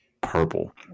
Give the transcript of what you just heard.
purple